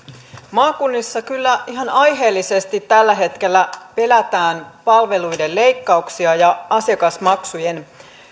maakunnissa kyllä ihan aiheellisesti tällä hetkellä pelätään palveluiden leikkauksia ja asiakasmaksujen